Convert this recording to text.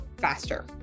faster